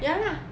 ya lah